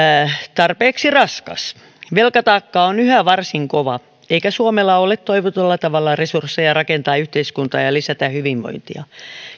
tarpeeksi raskas velkataakka on yhä varsin kova eikä suomella ole toivotulla tavalla resursseja rakentaa yhteiskuntaa ja lisätä hyvinvointia